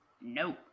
no